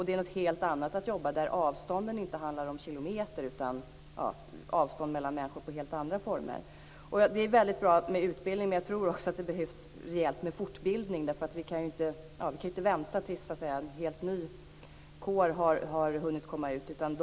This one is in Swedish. Det är något helt annat att jobba i områden där avstånden inte handlar om kilometer utan tar sig helt andra uttryck. Det är väldigt bra med utbildning, men jag tror att det också behövs rejält med fortbildning, därför att vi kan ju inte vänta tills dess att en helt ny kår så att säga har hunnit komma ut i arbetslivet.